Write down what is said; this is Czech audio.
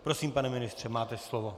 Prosím, pane ministře, máte slovo.